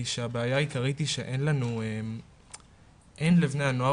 היא שהבעיה העיקרית היא שאין לבני הנוער,